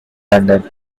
london